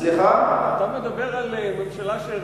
אתה מדבר על ממשלה,